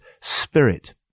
Spirit